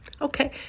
Okay